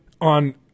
on